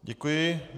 Děkuji.